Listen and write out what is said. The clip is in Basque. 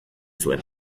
zuen